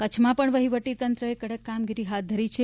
કચ્છમાં પણ વહીવટી તંત્ર એ કડક કામગીરી હાથ ધરી છે